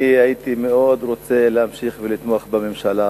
אני הייתי מאוד רוצה להמשיך לתמוך בממשלה,